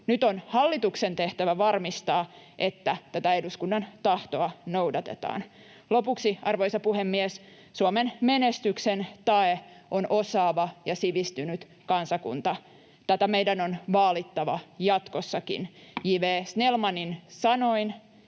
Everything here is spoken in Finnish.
Nyt on hallituksen tehtävä varmistaa, että tätä eduskunnan tahtoa noudatetaan. Lopuksi, arvoisa puhemies: Suomen menestyksen tae on osaava ja sivistynyt kansakunta — tätä meidän on vaalittava jatkossakin. [Puhemies